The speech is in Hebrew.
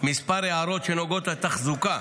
כמה הערות שנוגעות לתחזוקה,